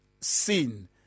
seen